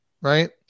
Right